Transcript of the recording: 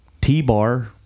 T-Bar